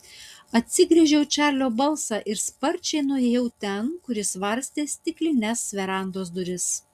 atsigręžiau į čarlio balsą ir sparčiai nuėjau ten kur jis varstė stiklines verandos duris